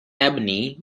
ebony